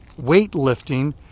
weightlifting